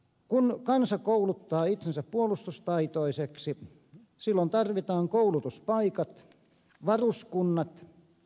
kun kansa kouluttaa itsensä puolustustaitoiseksi silloin tarvitaan koulutuspaikat varuskunnat